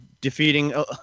defeating